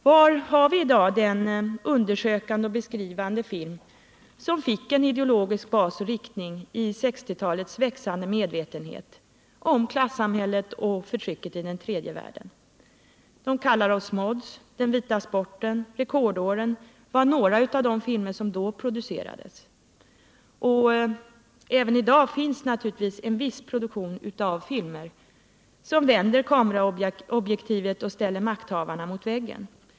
Var har vi i dag den undersökande och beskrivande film som fick en ideologisk bas och riktning i 1960-talets växande medvetenhet om klassamhället och förtrycket i den tredje världen? Dom kallar oss mods, Den vita sporten och Rekordåren var några av de filmer som då producerades. Även i dag finns det naturligtvis en viss produktion av filmer som vänder kameraobjektivet och ställer makthavarna mot väggen.